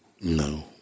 No